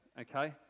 okay